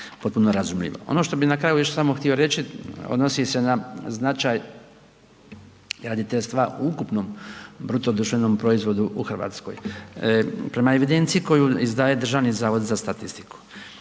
Ono što bi na kraju još samo htio reći odnosi se na značaj graditeljstva u ukupnom bruto društvenom proizvodu u RH. Prema evidenciji koju izdaje Državni zavod za statistiku